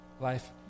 life